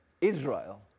Israel